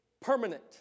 permanent